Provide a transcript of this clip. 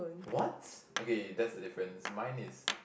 what okay that's the difference mine is